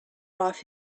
off